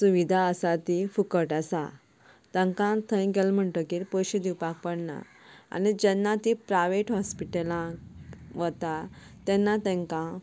सुविधा आसा ती फुकट आसा तांकां थंय गेलो म्हणटकच पयशे दिवपाक पडना आनी जेन्ना ती प्रायवेट हॉस्पिटलांत वता तेन्ना तांकां